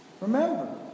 Remember